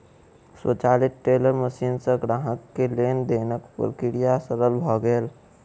स्वचालित teller machine सॅ ग्राहक के लेन देनक प्रक्रिया सरल भेल